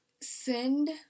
Send